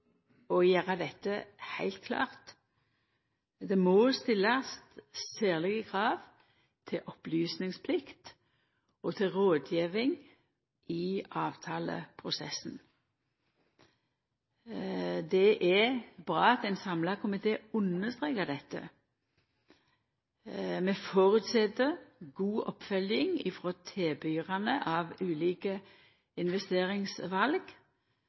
å gjera dette heilt klart: Det må stillast særlege krav til opplysningsplikt og til rådgjeving i avtaleprosessen. Det er bra at ein samla komité understrekar dette. Vi føreset ei god oppfølging frå tilbydarane av ulike